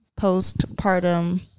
postpartum